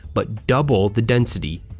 but double the density.